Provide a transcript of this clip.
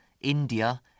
India